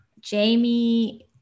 Jamie